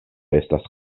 estas